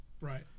right